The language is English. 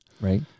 Right